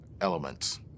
elements